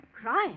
Crime